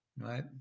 right